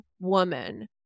woman